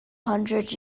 hundred